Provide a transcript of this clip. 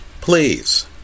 Please